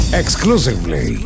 exclusively